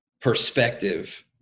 perspective